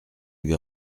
lui